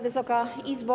Wysoka Izbo!